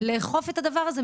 לאכוף את הדבר הזה.